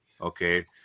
Okay